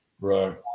Right